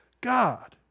God